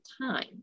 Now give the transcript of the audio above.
time